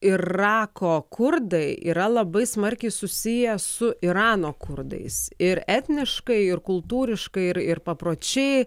irako kurdai yra labai smarkiai susiję su irano kurdais ir etniškai ir kultūriškai ir ir papročiai